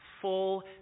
full